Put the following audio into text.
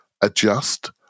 adjust